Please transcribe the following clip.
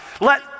Let